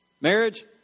marriage